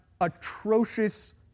atrocious